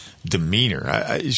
demeanor